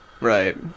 Right